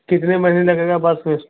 कितने महीने लगेगा बस में